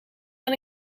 aan